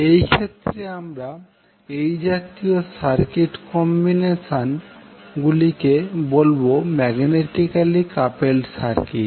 এই ক্ষেত্রে আমরা এই জাতীয় সার্কিট কম্বিনেশন গুলিকে বলবো ম্যাগনেটিকালী কাপেলড সার্কিট